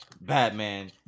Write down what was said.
Batman